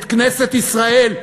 את כנסת ישראל.